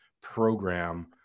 program